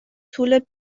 طول